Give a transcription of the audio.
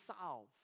solve